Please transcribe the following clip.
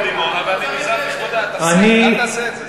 גם שר הרווחה, נדמה לי שגם השר גר בדימונה.